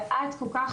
היושבת-ראש,